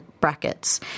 brackets